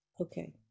Okay